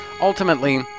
ultimately